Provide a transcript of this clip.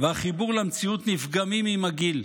והחיבור למציאות נפגמים עם הגיל,